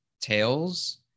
Tails